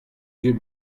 yeux